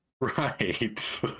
Right